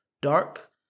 dark